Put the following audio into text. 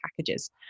packages